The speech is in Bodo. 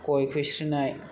गय फैस्रोनाय